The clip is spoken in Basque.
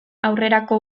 aurrerako